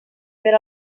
per